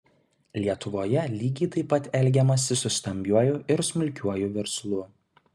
lietuvoje lygiai taip pat elgiamasi su stambiuoju ir smulkiuoju verslu